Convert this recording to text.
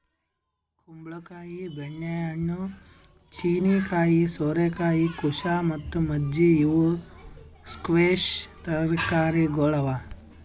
ಕುಂಬಳ ಕಾಯಿ, ಬೆಣ್ಣೆ ಹಣ್ಣು, ಚೀನೀಕಾಯಿ, ಸೋರೆಕಾಯಿ, ಕುಶಾ ಮತ್ತ ಮಜ್ಜಿ ಇವು ಸ್ಕ್ವ್ಯಾಷ್ ತರಕಾರಿಗೊಳ್ ಅವಾ